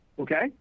okay